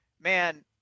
man